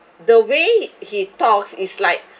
the way he he talks it's like